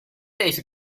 this